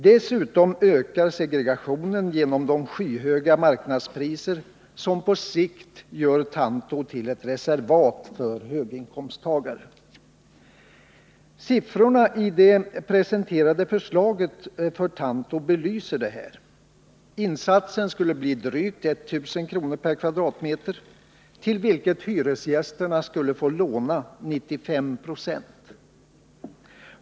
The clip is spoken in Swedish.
Dessutom ökar segregationen genom de skyhöga marknadspriserna, som på sikt gör Tanto till ett reservat för höginkomsttagare. Siffrorna i det presenterade förslaget för Tanto belyser detta. Insatsen skulle bli drygt 1 000 kr./m?, varvid hyresgästerna skulle få låna 95 96.